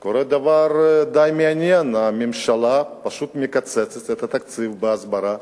קורה דבר די מעניין: הממשלה פשוט מקצצת את תקציב ההסברה,